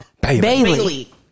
Bailey